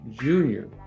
junior